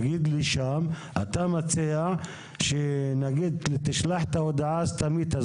למשל תגיד שאתה מציע לשלוח את ההודעה הסתמית,